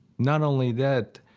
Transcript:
not only that,